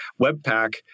Webpack